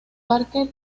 parque